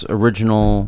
original